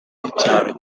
by’icyaro